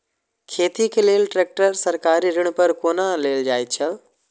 खेती के लेल ट्रेक्टर सरकारी ऋण पर कोना लेल जायत छल?